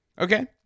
Okay